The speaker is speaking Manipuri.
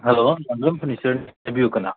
ꯍꯂꯣ ꯌꯥꯝꯕꯦꯝ ꯐꯔꯅꯤꯆꯔꯅꯤ ꯍꯥꯏꯕꯤꯌꯨ ꯀꯅꯥ